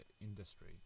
industry